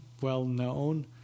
well-known